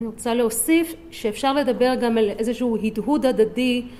אני רוצה להוסיף שאפשר לדבר גם על איזשהו הידהוד הדדי